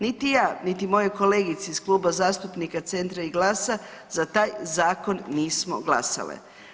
Niti ja nit moje kolegice iz Kluba zastupnika Centra i GLAS-a za taj zakon nismo glasale.